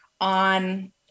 on